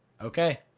okay